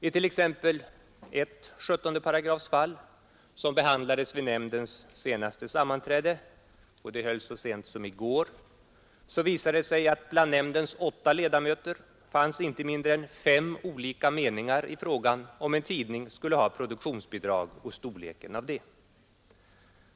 I t.ex. ett 17 §-fall som behandlades vid nämndens senaste sammanträde — det hölls så sent som i går — visade det sig att det bland nämndens åtta ledamöter fanns inte mindre än fem olika meningar i frågan om en tidning skulle ha produktionsbidrag och storleken av detta.